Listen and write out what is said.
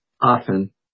often